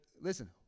listen